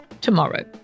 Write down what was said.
tomorrow